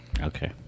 Okay